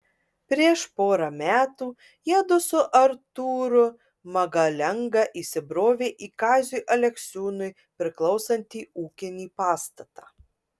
prieš porą metų jiedu su artūru magalenga įsibrovė į kaziui aleksiūnui priklausantį ūkinį pastatą